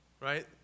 right